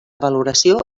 valoració